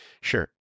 Sure